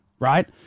Right